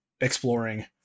exploring